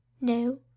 no